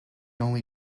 only